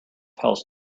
health